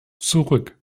zurück